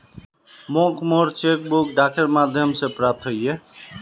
मोक मोर cheque book डाकेर माध्यम से प्राप्त होइए